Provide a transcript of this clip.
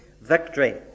Victory